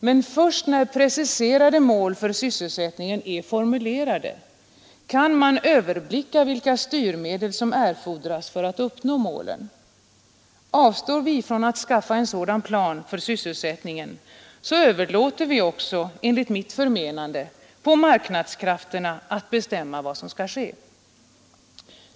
Men först när preciserade mål för sysselsättningen är formulerade kan man överblicka vilka styrmedel som erfordras för att uppnå målen. Avstår vi från att skaffa en sådan plan för sysselsättningen, överlåter vi också enligt mitt förmenande på marknadskrafterna att bestämma vad som skall ske.